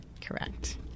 Correct